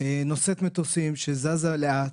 נושאת מטוסים שזזה לאט,